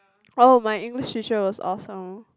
oh my English teacher was awesome